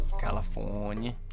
California